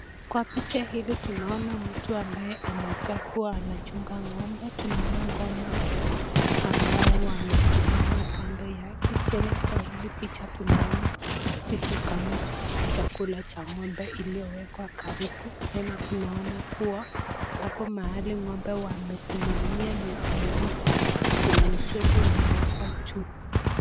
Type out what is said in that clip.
Kwa picha hili tunaona mtu ambaye anakaa kuwa anachunga ng'ombe. Tunaona ng'ombe ambao wamesimama kando yake. Tena kwa hili picha tunaona vitu kama chakula cha ng'ombe iliyowekwa karibu. Tena tunaona kuwa hapo mahali ng'ombe wamesimamia ni miwekwa. Kuna mjengo imewekwa juu.